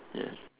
ya